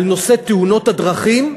על נושא תאונות הדרכים.